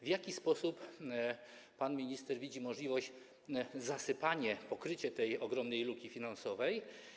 W jaki sposób pan minister widzi możliwość zasypania, pokrycia tej ogromnej luki finansowej?